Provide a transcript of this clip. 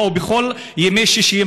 באו בכל ימי שישי,